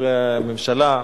חברי הממשלה,